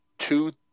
two